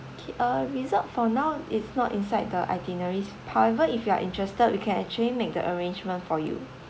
okay uh resort for now it's not inside the itineraries however if you are interested we can actually make the arrangement for you